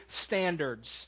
standards